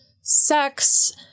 sex